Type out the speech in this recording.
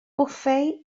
bwffe